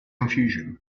confusion